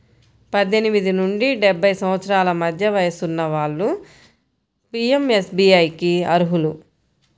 పద్దెనిమిది నుండి డెబ్బై సంవత్సరాల మధ్య వయసున్న వాళ్ళు పీయంఎస్బీఐకి అర్హులు